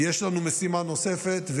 יש לנו משימה נוספת,